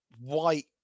white